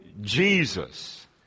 Jesus